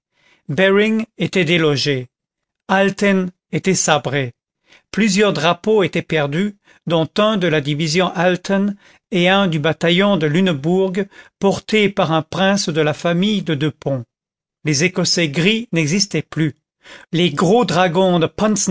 était délogé alten était sabré plusieurs drapeaux étaient perdus dont un de la division alten et un du bataillon de lunebourg porté par un prince de la famille de deux-ponts les écossais gris n'existaient plus les gros dragons